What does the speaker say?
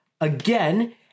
again